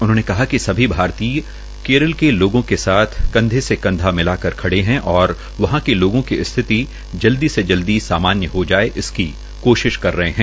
उन्होंने कहा कि सभी भारतीय केरल के लोगों के साथ कंधे से कंधा मिलाकर खड़े है और वहां के लोगों की स्थिति जल्दी ही जल्दी सामान्य हो जाये इसकी कोशिश कर रहे है